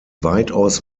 weitaus